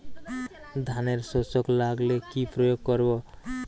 ধানের শোষক লাগলে কি প্রয়োগ করব?